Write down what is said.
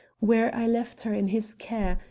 where i left her in his care,